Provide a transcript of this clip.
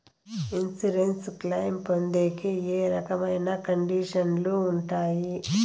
Insurance claim పొందేకి ఏ రకమైన కండిషన్లు ఉంటాయి?